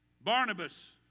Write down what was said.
Barnabas